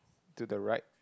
to the right